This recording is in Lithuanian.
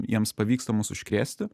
jiems pavyksta mus užkrėsti